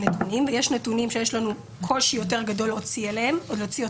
ישנם נתונים שיש לנו קושי יותר גדול להוציא אותם,